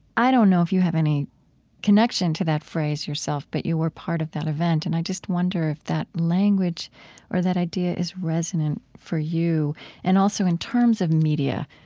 i don't know if you have any connection to that phrase yourself, but you were part of that event. and i just wonder if that language or that idea is resonant for you and also in terms of media.